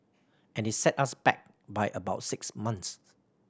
and it set us back by about six months